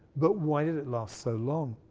but why did it last so long?